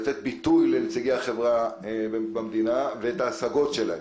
כדי לתת ביטוי לנציגי החברה האזרחית במדינה ולשמוע את ההשגות שלהם.